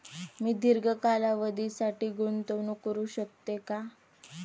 मी दीर्घ कालावधीसाठी गुंतवणूक करू शकते का?